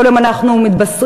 כל יום אנחנו מתבשרים,